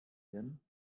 werden